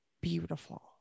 beautiful